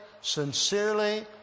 sincerely